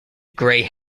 grey